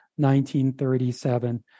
1937